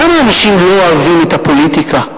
למה אנשים לא אוהבים את הפוליטיקה,